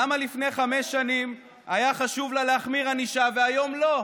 למה לפני חמש שנים היה חשוב לה להחמיר ענישה והיום לא?